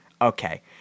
Okay